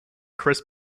chris